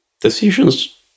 Decisions